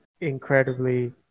incredibly